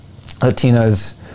Latinos